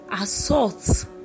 assault